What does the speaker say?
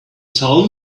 tell